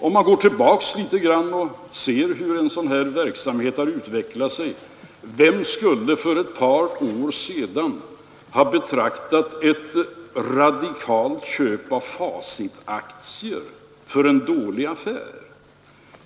Vi kan ju gå tillbaka litet grand och se hur en sådan här verksamhet har utvecklat sig. Vem skulle för ett par år sedan ha betraktat ett radikalt köp av Facitaktier som en dålig affär?